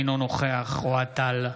אינו נוכח אוהד טל,